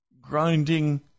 grinding